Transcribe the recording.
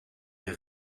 der